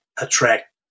attract